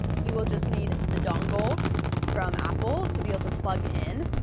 you will just need the dongle from apple to be able to plug in.